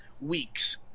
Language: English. weeks